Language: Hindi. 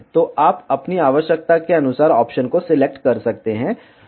तो आप अपनी आवश्यकता के अनुसार ऑप्शन को सिलेक्ट कर सकते हैं